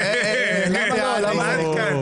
מי נגד?